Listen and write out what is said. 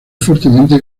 fuertemente